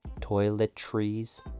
toiletries